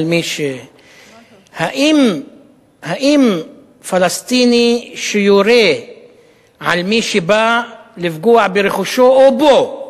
האם פלסטיני שיורה על מי שבא לפגוע ברכושו או בו,